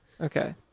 Okay